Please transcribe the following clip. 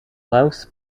klaus